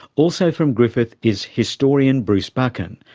also from griffith is historian bruce buchan,